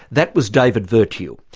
that was david virtue,